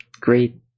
Great